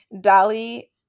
Dolly